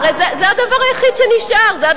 הרי זה הדבר היחיד שנשאר.